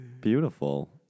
Beautiful